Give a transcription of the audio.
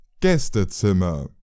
Gästezimmer